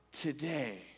today